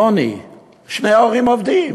שני ההורים עובדים,